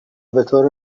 بطور